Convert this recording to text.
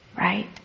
right